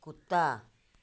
कुत्ता